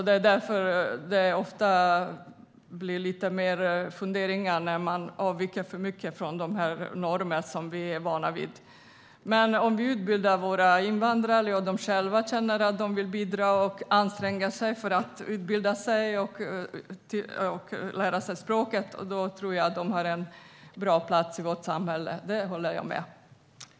Det är därför som det ofta blir lite mer funderingar när man avviker för mycket från de normer som vi är vana vid. Men om våra invandrare själva känner att de vill bidra och anstränga sig för att utbilda sig och lära sig språket tror jag att de har en bra plats i vårt samhälle. Det håller jag med om.